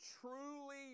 truly